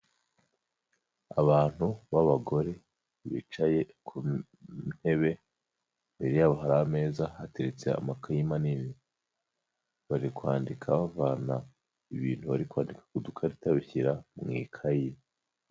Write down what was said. Abantu b'abagore bicaye ku ntebe, Imbere yabo hari ameza hateretse amakayi manini. Bari kwandika bavana ibintu bari kwandika ku dukarita, babishyira mu ikayi.